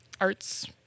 arts